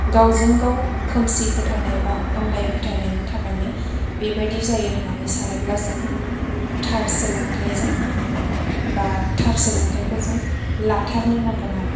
गावजों गाव खोमसि फोथायनाय बा आन्दाय फोथायनायनि थाखायनो बे बायदि जायो होन्नानै सानोब्ला जोङो थार सोलोंथायजों बा थार सोलोंथायखौ जों लाथारनो नांगोन आरो